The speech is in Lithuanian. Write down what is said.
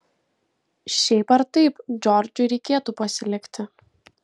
šiaip ar taip džordžui reikėtų pasilikti